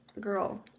girl